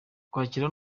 ukwakira